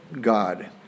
God